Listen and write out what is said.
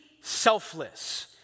selfless